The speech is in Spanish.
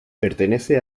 pertenece